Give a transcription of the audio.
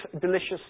delicious